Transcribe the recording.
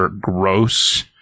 gross